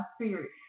spirit